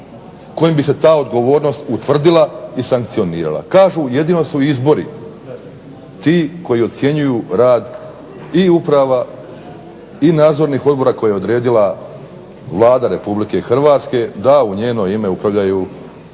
kojima bi se ta odgovornost utvrdila i sankcionirala. Kažu jedino su izbori ti koji ocjenjuju rad i uprava i nadzornih odbora koje je odredila Vlada Republike Hrvatske da u njeno ime upravljaju državnim